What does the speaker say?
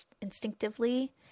instinctively